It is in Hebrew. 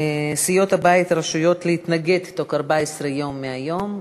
סיעות הבית רשאיות להתנגד בתוך 14 יום מהיום,